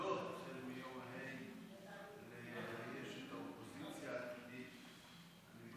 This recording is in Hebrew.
העתידות לאייש את האופוזיציה העתידית החל מיום ה',